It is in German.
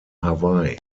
hawaii